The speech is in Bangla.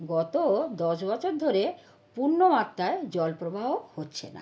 গত দশ বছর ধরে পূর্ণ মাত্রায় জল প্রবাহ হচ্ছে না